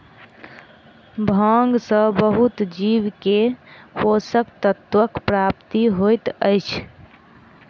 भांग सॅ बहुत जीव के पोषक तत्वक प्राप्ति होइत अछि